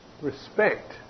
respect